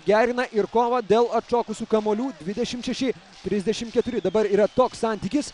gerina ir kovą dėl atšokusių kamuolių dvidešim šeši trisdešim keturi dabar yra toks santykis